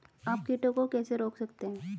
आप कीटों को कैसे रोक सकते हैं?